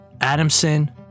Adamson